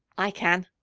i can.